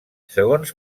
segons